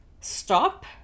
stop